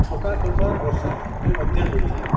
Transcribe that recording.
ଛକା ଚଉକା ବର୍ଷା ବି ମଧ୍ୟ ହୋଇଥାଏ